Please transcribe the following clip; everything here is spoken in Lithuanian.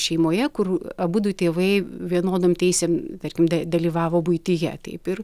šeimoje kur abudu tėvai vienodom teisėm tarkim dalyvavo buityje taip ir